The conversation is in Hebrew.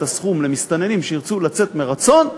את הסכום למסתננים שירצו לצאת מרצון,